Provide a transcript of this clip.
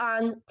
on